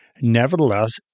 Nevertheless